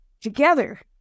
together